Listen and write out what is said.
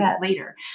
later